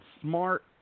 smart